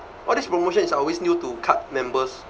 all this promotion is always new to card members